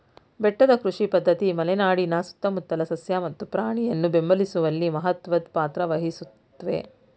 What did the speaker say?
ಬೆಟ್ಟದ ಕೃಷಿ ಪದ್ಧತಿ ಮಲೆನಾಡಿನ ಸುತ್ತಮುತ್ತಲ ಸಸ್ಯ ಮತ್ತು ಪ್ರಾಣಿಯನ್ನು ಬೆಂಬಲಿಸುವಲ್ಲಿ ಮಹತ್ವದ್ ಪಾತ್ರ ವಹಿಸುತ್ವೆ